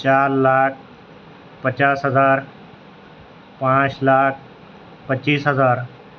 چار لاکھ پچاس ہزار پانچ لاکھ پچیس ہزار